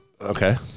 Okay